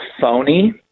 phony